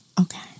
Okay